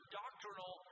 doctrinal